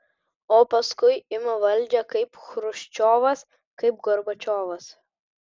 o paskui ima valdžią kaip chruščiovas kaip gorbačiovas